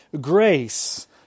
grace